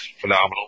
phenomenal